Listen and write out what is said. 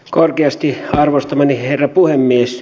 korkeasti arvostamani herra puhemies